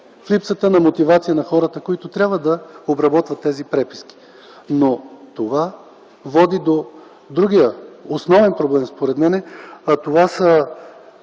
липсата на мотивация на хората, които трябва да обработят тези преписки. Това води до другия основен проблем – ниските